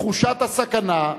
תחושת הסכנה,